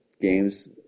games